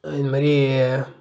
இதுமாதிரி